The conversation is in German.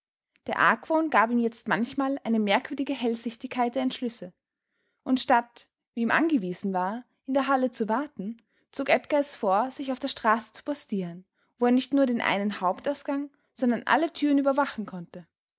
der argwohn gab ihm jetzt manchmal eine merkwürdige hellsichtigkeit der entschlüsse und statt wie ihm angewiesen war in der hall zu warten zog edgar es vor sich auf der straße zu postieren wo er nicht nur den einen hauptausgang sondern alle türen überwachen konnte